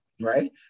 right